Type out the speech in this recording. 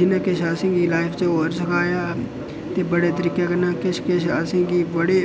जि'नें कि असें गी लाईफ च होर सखाया ते बड़े तरीकै कन्नै किश किश असें गी